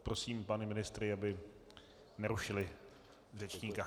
Prosím pány ministry, aby nerušili řečníka.